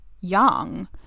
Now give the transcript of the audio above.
young